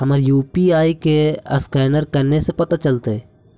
हमर यु.पी.आई के असकैनर कने से पता चलतै?